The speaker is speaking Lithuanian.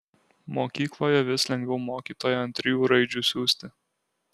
mokykloje vis lengviau mokytoją ant trijų raidžių siųsti